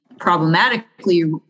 problematically